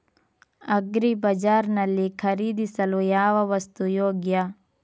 Agri ಬಜಾರ್ ನಲ್ಲಿ ಖರೀದಿಸಲು ಯಾವ ವಸ್ತು ಯೋಗ್ಯ?